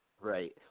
Right